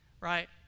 Right